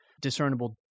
discernible